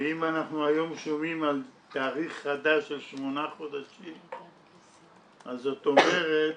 ואם אנחנו היום שומעים על תאריך חדש של שמונה חודשים אז זאת אומרת